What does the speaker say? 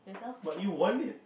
but you won it